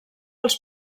als